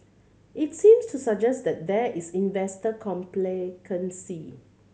it seems to suggest that there is investor complacency